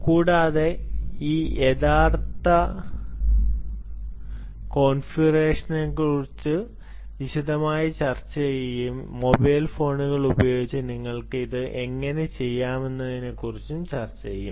കൂടാതെ ഈ യഥാർത്ഥ കോൺഫിഗറേഷനുകളെക്കുറിച്ച് വിശദമായി ചർച്ചചെയ്യുകയും മൊബൈൽ ഫോണുകൾ ഉപയോഗിച്ച് നിങ്ങൾക്ക് ഇത് എങ്ങനെ ചെയ്യാമെന്നതിനെക്കുറിച്ചും ചർച്ച ചെയ്യും